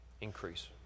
Increase